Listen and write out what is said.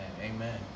amen